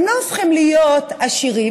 לא הופכים להיות עשירים.